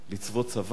לצבוא צבא.